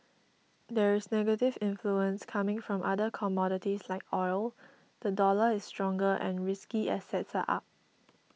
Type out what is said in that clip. there is negative influence coming from other commodities like oil the dollar is stronger and risky assets are up